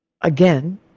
again